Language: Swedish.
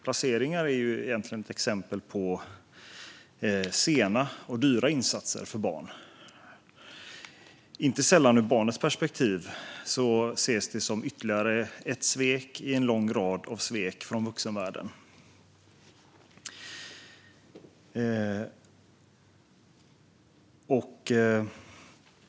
Placeringar är egentligen ett exempel på sena och dyra insatser för barn. Inte sällan ses de ur barnets perspektiv som ytterligare ett svek i en lång rad av svek från vuxenvärlden.